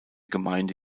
gemeinde